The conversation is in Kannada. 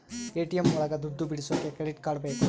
ಎ.ಟಿ.ಎಂ ಒಳಗ ದುಡ್ಡು ಬಿಡಿಸೋಕೆ ಕ್ರೆಡಿಟ್ ಕಾರ್ಡ್ ಬೇಕು